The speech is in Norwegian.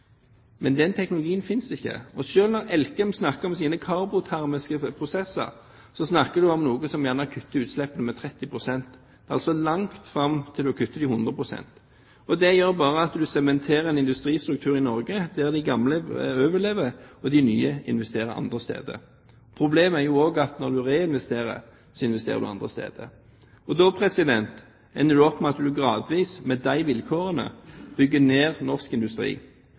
Men den teknologien finnes ikke. Selv om Elkem snakker om sine karbotermiske prosesser, snakker man om noe som gjerne kutter utslippene med 30 pst. – det er altså langt fram til man kutter dem 100 pst. Det gjør bare at man sementerer en industristruktur i Norge der de gamle overlever og de nye investerer andre steder. Problemet er også at når man reinvesterer, investerer man andre steder. Da ender man opp med at man gradvis, med de vilkårene, bygger ned norsk industri.